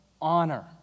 Honor